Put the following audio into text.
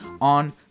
on